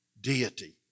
deity